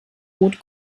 rot